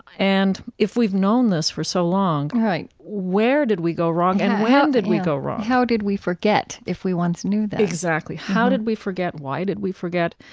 and if we've known this for so long, right, where did we go wrong and when did we go wrong? how did we forget if we once knew that? exactly. how did we forget, why did we forget,